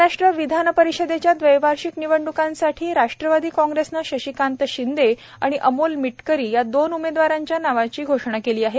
महाराष्ट्र विधान परिषदेच्या द्विवार्षिक निवडण्कांसाठी राष्ट्रवादी काँग्रेसने शशिकांत शिंदे आणि अमोल मिटकरी या दोन उमेदवारांच्या नावांची घोषणा केली आहे